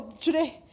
today